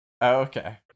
Okay